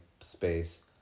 space